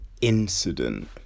incident